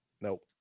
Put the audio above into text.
Nope